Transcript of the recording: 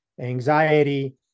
anxiety